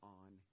on